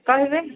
କହିବେ